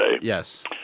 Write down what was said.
yes